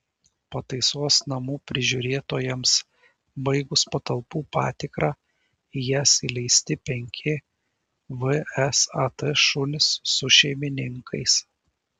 pataisos namų prižiūrėtojams baigus patalpų patikrą į jas įleisti penki vsat šunys su šeimininkais